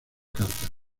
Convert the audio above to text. cartas